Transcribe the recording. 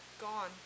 gone